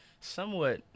somewhat